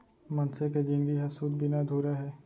मनसे के जिनगी ह सूत बिना अधूरा हे